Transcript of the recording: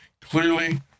Clearly